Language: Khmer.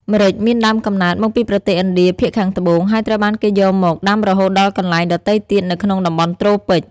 ម្រេចមានដើមកំណើត មកពីប្រទេសឥណ្ឌាភាគខាងត្បូង ហើយត្រូវបានគេយកមក ដាំរហូតដល់កន្លែងដទៃទៀតនៅក្នុងតំបន់ត្រូពិក។